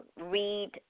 read